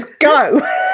go